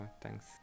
thanks